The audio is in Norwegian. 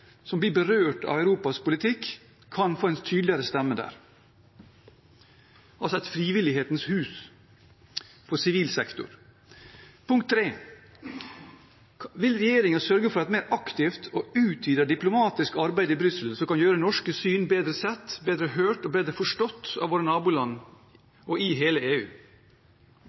som blir berørt av Europas politikk, kan få en tydeligere stemme der – altså et frivillighetens hus for sivil sektor? Vil regjeringen sørge for et mer aktivt og utvidet diplomatisk arbeid i Brussel, som kan gjøre norske syn bedre sett, bedre hørt og bedre forstått av våre naboland og i hele EU?